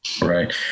Right